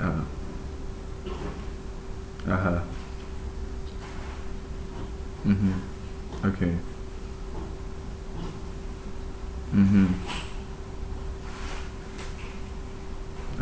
ah (uh huh) mmhmm okay mmhmm